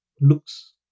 looks